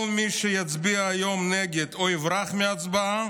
כל מי שיצביע היום נגד או יברח מההצבעה,